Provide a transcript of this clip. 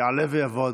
יעלה ויבוא אדוני.